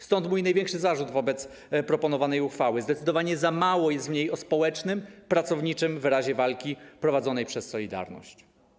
Stąd mój największy zarzut wobec proponowanej uchwały: zdecydowanie za mało jest w niej mowy o społecznym, pracowniczym wyrazie walki prowadzonej przez „Solidarność”